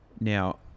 Now